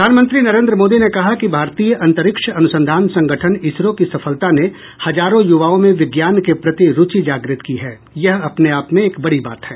प्रधानमंत्री नरेन्द्र मोदी ने कहा कि भारतीय अंतरिक्ष अनुसंधान संगठन इसरो की सफलता ने हजारों युवाओं में विज्ञान के प्रति रुचि जागृत की है यह अपने आप में एक बड़ी बात है